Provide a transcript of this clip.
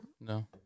No